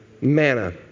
manna